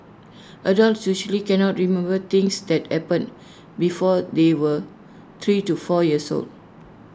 adults usually cannot remember things that happened before they were three to four years old